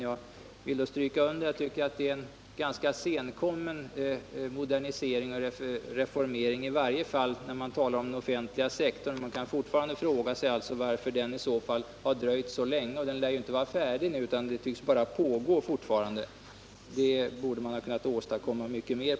Jag vill stryka under att det är en ganska senkommen modernisering och reformering, i varje fall när man talar om den offentliga sektorn. Man kan fortfarande fråga sig varför den i så fall har dröjt så länge. Den lär inte vara färdig ännu, utan den pågår fortfarande. På den punkten borde man ha kunnat åstadkomma mycket mera.